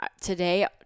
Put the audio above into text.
today